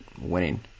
winning